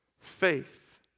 faith